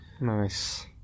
Nice